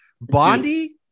Bondi